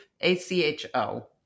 A-C-H-O